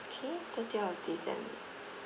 okay